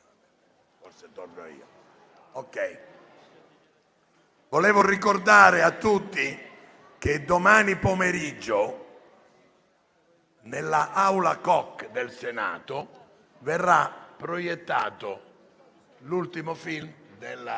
di voto, volevo ricordare a tutti che domani pomeriggio, nella sala Koch del Senato, verrà proiettato l'ultimo film della